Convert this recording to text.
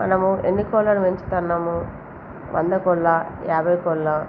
మనము ఎన్ని కోళ్ళను పెంచుతున్నాము వంద కోళ్ళా యాభై కోళ్ళా